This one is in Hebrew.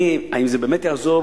האם זה באמת יעזור